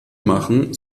machen